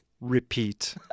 Repeat